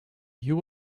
you